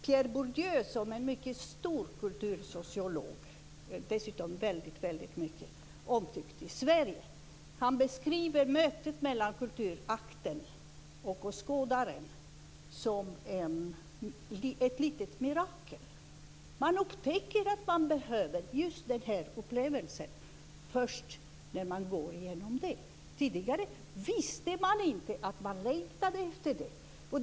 Pierre Bourdieu, som är en mycket stor kultursociolog och som dessutom är mycket omtyckt i Sverige, beskriver mötet mellan kulturakten och åskådaren som ett litet mirakel. Men upptäcker att man behöver just den upplevelsen först när man får ta del av den. Tidigare visste man inte att man längtade efter den.